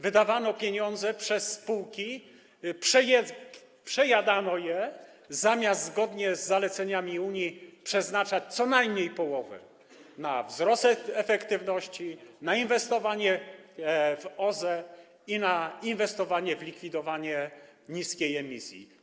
Wydawano pieniądze przez spółki, przejadano je zamiast zgodnie z zaleceniami Unii przeznaczać co najmniej połowę na wzrost efektywności, na inwestowanie w OZE i na inwestowanie w likwidowanie niskiej emisji.